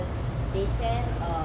they sell err